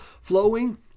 flowing